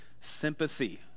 sympathy